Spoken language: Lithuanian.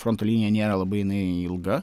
fronto linija nėra labai jinai ilga